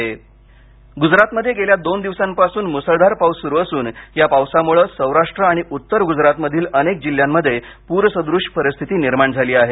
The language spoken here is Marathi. गजरात पाऊस गुजरातमध्ये गेल्या दोन दिवसांपासून मुसळधार पाऊस सुरू असून या पावसामुळे सौराष्ट्र आणि उत्तर गुजरातमधील अनेक जिल्ह्यांमध्ये पूरसदृश परिस्थिती निर्माण झाली आहे